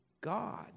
God